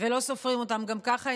ולא סופרים אותן גם ככה.